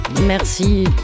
Merci